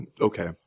Okay